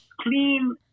clean